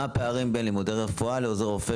מה הפערים בין לימודי רפואה לעוזר רופא?